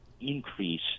increase